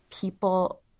people